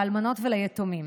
לאלמנות וליתומים.